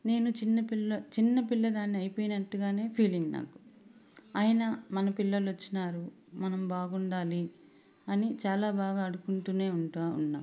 నేను చిన్న పిల్ల చిన్న పిల్లదాన్ని అయిపోయినట్టుగానే ఫీలింగ్ నాకు అయినా మన పిల్లలొచ్చినారు మనం బాగుండాలి అని చాలా బాగా ఆడుకుంటూనే ఉంటా ఉన్నా